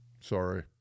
Sorry